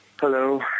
Hello